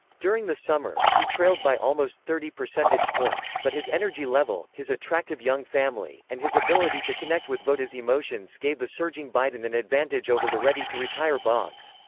during the summer, he trailed by almost thirty percentage points, but his energy level, his attractive young family, and his ability to connect with voters' emotions gave the surging biden an advantage over the ready-to-retire boggs.